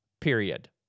period